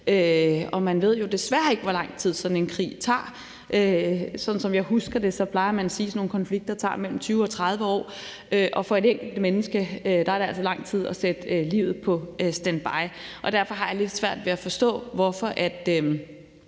Man ved jo desværre ikke, hvor lang tid sådan en krig tager. Sådan som jeg husker det, plejer man at sige, at sådan nogle konflikter tager mellem 20 og 30 år, og for et enkelt menneske er det altså lang tid at sætte livet på standby. Derfor har jeg lidt svært ved at forstå, hvorfor